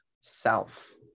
self